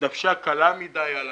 דוושה קלה מדי על